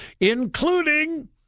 including